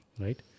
right